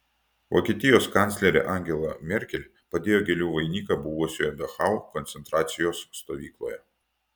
vokietijos kanclerė angela merkel padėjo gėlių vainiką buvusioje dachau koncentracijos stovykloje